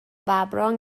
ﺑﺒﺮﺍﻥ